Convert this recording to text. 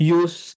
use